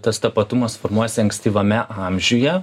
tas tapatumas formuojasi ankstyvame amžiuje